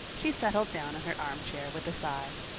she settled down in her armchair with a sigh.